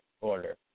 order